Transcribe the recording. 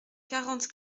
quarante